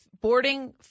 boarding